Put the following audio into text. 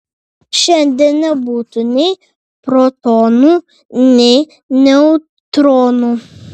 šiandien nebūtų nei protonų nei neutronų